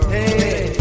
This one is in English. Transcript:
Hey